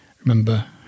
Remember